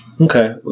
Okay